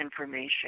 information